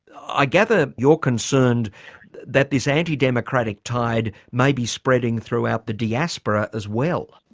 i gather you're concerned that this anti-democratic tide may be spreading throughout the diaspora as well.